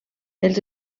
els